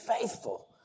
faithful